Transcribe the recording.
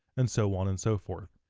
and so on and so forth.